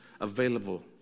available